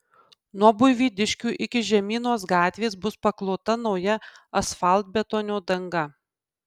nuo buivydiškių iki žemynos gatvės bus paklota nauja asfaltbetonio danga